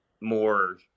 more